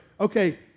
okay